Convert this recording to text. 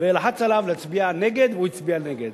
ולחץ עליו להצביע נגד, והוא הצביע נגד.